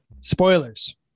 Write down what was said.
spoilers